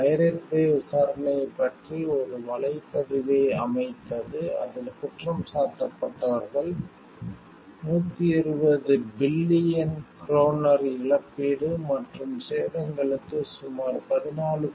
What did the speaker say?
pirate bay விசாரணையைப் பற்றி ஒரு வலைப்பதிவை அமைத்தது அதில் குற்றம் சாட்டப்பட்டவர்கள் 120 பில்லியன் க்ரோனர் இழப்பீடு மற்றும் சேதங்களுக்கு சுமார் 14